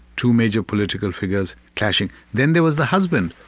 two major political figures clashing. then there was the husband.